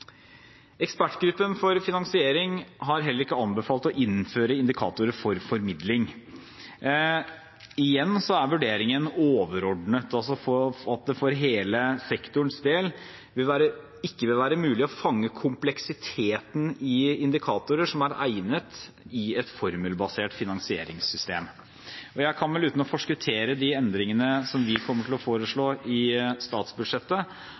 Ekspertgruppen for finansiering har heller ikke anbefalt å innføre indikatorer for formidling. Igjen er vurderingen overordnet, altså at det for hele sektorens del ikke vil være mulig å fange kompleksiteten i indikatorer som er egnet, i et formelbasert finansieringssystem. Og jeg kan vel si, uten å forskuttere de endringene som vi kommer til å foreslå i statsbudsjettet,